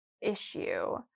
issue